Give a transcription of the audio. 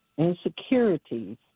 insecurities